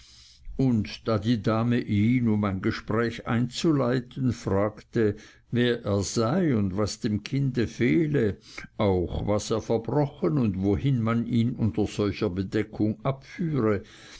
und da die dame ihn um ein gespräch einzuleiten fragte wer er sei und was dem kinde fehle auch was er verbrochen und wohin man ihn unter solcher bedeckung abführe